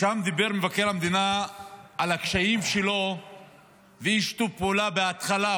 שם דיבר מבקר המדינה על הקשיים שלו ואי-שיתוף הפעולה מההתחלה,